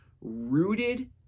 rooted